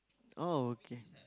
oh okay